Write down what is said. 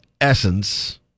Essence